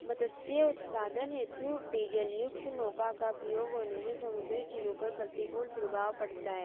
मत्स्य उत्पादन हेतु डीजलयुक्त नौका का प्रयोग होने से समुद्री जीवों पर प्रतिकूल प्रभाव पड़ता है